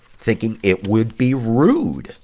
thinking it would be rude